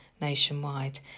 nationwide